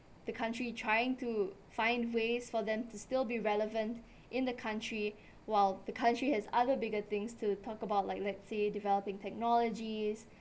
the country trying to find ways for them to still be relevant in the country while the country has other bigger things to talk about like let's say developing technologies